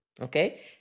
Okay